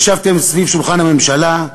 ישבתם סביב שולחן הממשלה,